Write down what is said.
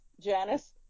Janice